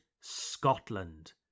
Scotland